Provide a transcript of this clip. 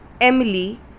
Emily